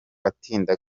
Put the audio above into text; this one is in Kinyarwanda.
atinda